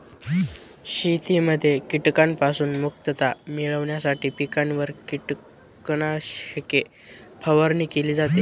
शेतीमध्ये कीटकांपासून मुक्तता मिळविण्यासाठी पिकांवर कीटकनाशके फवारणी केली जाते